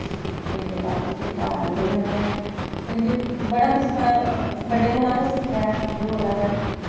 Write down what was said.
ते बाकि फिर घर आनियै बी उनैं जानि के बड़ा कुश अस बड्डें कोला गै सिक्खेआ ऐ उंदे कोला गै